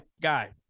guy